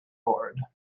board